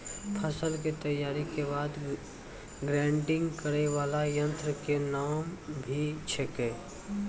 फसल के तैयारी के बाद ग्रेडिंग करै वाला यंत्र के नाम की छेकै?